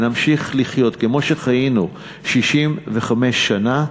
ונמשיך לחיות כמו שחיינו 65 שנה,